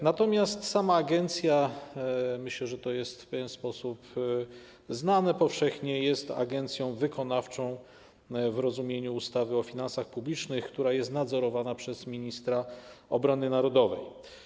Natomiast sama agencja - myślę, że to jest to powszechnie znany fakt - jest agencją wykonawczą w rozumieniu ustawy o finansach publicznych, która jest nadzorowana przez ministra obrony narodowej.